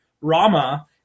Rama